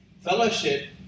Fellowship